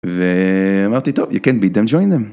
ואמרתי: ״טוב… you can't beat them, join them״.